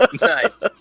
Nice